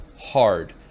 hard